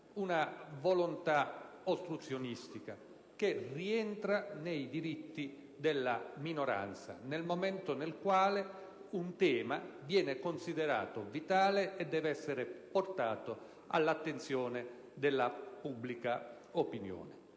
una volontà ostruzionistica che rientra nei diritti della minoranza, nel momento in cui un tema viene considerato vitale e deve essere portato all'attenzione della pubblica opinione.